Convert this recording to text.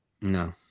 No